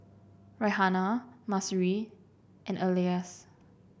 Raihana Mahsuri and Elyas